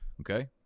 Okay